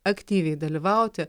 aktyviai dalyvauti